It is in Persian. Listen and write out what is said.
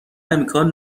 امکان